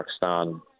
Pakistan